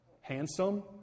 handsome